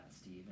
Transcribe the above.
Steve